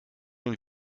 und